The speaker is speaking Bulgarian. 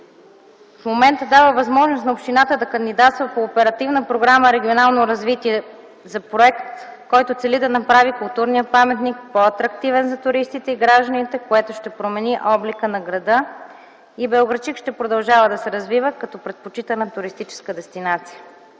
в момента дава възможност на общината да кандидатства по Оперативна програма „Регионално развитие” за проект, който цели да направи културния паметник по-атрактивен за туристите и гражданите, което ще промени облика на града и Белоградчик ще продължава да се развива като предпочитана туристическа дестинация.